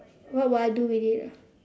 what would I do with it ah